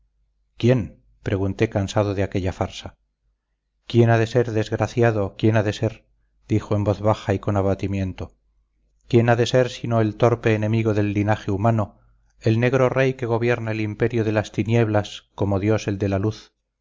quién pregunté cansado de aquella farsa quién ha de ser desgraciado quién ha de ser dijo en voz baja y con abatimiento quién ha de ser sino el torpe enemigo del linaje humano el negro rey que gobierna el imperio de las tinieblas como dios el de la luz